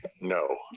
No